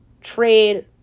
trade